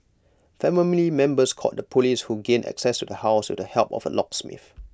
family members called the Police who gained access to the house with the help of A locksmith